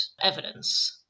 evidence